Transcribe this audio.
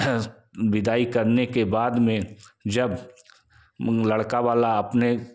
बिदाई करने के बाद में जब लड़का वाला अपने